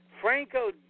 Franco